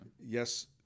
Yes